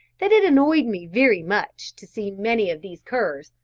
that it annoyed me very much to see many of these curs,